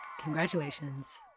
congratulations